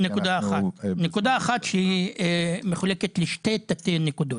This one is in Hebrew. נקודה שמחולקת לשתי תתי נקודות.